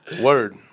Word